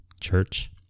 church